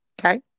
Okay